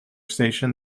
station